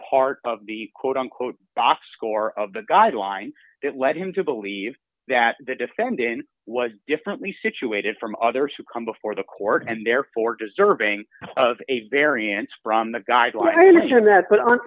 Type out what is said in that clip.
part of the quote unquote box score of the guideline that led him to believe that the defendant was differently situated from others who come before the court and therefore deserving of a variance from the guidelines or that